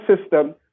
system